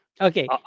okay